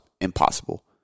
impossible